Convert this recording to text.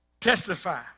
Testify